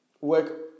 work